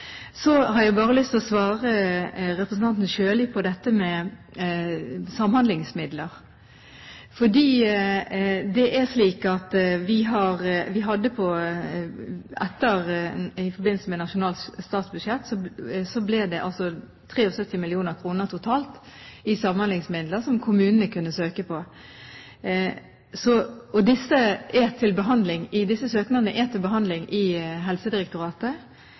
Så har jeg bare lyst til å svare representanten Sjøli på dette med samhandlingsmidler. I forbindelse med nasjonalt statsbudsjett ble det 73 mill. kr totalt i samhandlingsmidler som kommunene kunne søke på. Disse søknadene er til behandling i Helsedirektoratet. Så vidt jeg vet, foreligger det en søknad fra kommuner i